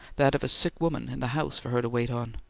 that of a sick woman in the house for her to wait on.